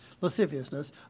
lasciviousness